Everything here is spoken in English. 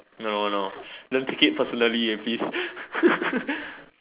no no don't take it personally eh please